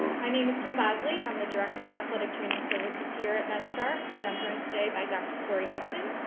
my name is kim bosley, i'm the director of athletic training services here at medstar and i'm joined today by dr. korin hudson.